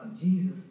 Jesus